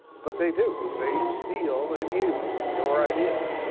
but they do. they steal and use your ideas.